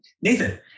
Nathan